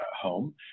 home